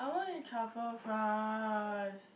I wanna eat truffle fries